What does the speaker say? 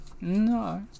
No